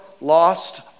lost